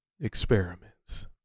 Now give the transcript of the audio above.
experiments